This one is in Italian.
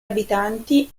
abitanti